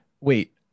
wait